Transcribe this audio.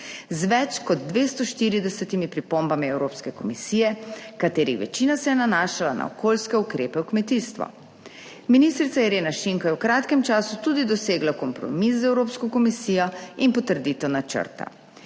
z več kot 240. pripombami Evropske komisije, katerih večina se je nanašala na okoljske ukrepe v kmetijstvu. Ministrica Irena Šinko je v kratkem času tudi dosegla kompromis z Evropsko komisijo in potrditev načrta.